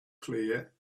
clear